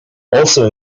also